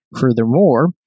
Furthermore